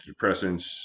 antidepressants